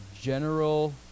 general